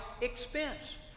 expense